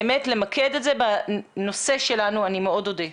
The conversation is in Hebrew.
באמת למקד את זה בנושא שלנו, אני מאוד אודה.